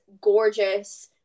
gorgeous